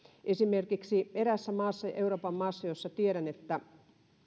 esimerkiksi eräässä euroopan maassa jossa tiedän että